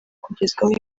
kugezwaho